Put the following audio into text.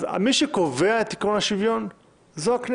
אז מי שקובע את עיקרון השוויון היא הכנסת.